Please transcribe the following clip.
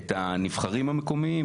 את הנבחרים המקומיים,